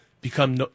become